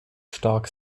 stark